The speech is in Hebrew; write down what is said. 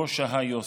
שבו שהה יוסי.